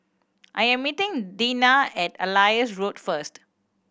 I am meeting Dinah at Ellis Road first